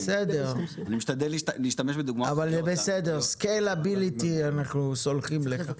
בסדר, אנחנו סולחים לך.